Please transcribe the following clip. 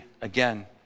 again